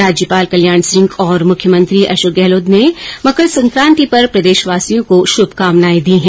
राज्यपाल कल्याण सिंह और मुख्यमंत्री अशोक गहलोत ने मकर सकांति पर प्रदेशवासियों को शुभकामनाएं दी है